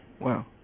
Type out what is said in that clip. Wow